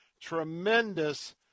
tremendous